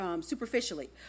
superficially